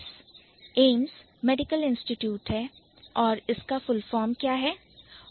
AIIMS medical institute है और इस का Full form पूर्ण रूप क्या है